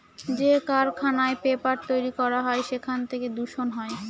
যে কারখানায় পেপার তৈরী করা হয় সেখান থেকে দূষণ হয়